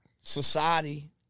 society